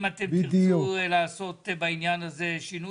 אם אתם תירצו לעשות בעניין הזה שינויים,